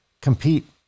compete